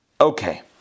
Okay